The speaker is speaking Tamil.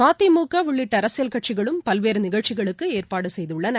மதிமுக உள்ளிட்ட அரசியல் கட்சிகளும் பல்வேறு நிகழ்ச்சிகளுக்கு ஏற்பாடு செய்துள்ளன